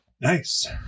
Nice